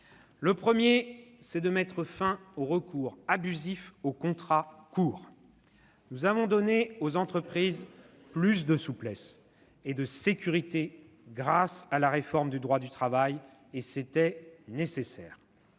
Le premier, c'est de mettre fin au recours abusif aux contrats courts. « Nous avons donné aux entreprises plus de souplesse et de sécurité grâce à la réforme du droit du travail, et c'était nécessaire.